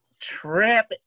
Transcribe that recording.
trip